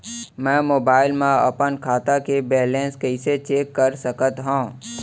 मैं मोबाइल मा अपन खाता के बैलेन्स कइसे चेक कर सकत हव?